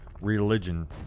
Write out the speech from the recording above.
religion